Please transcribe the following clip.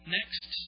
Next